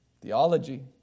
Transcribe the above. theology